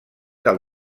del